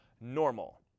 normal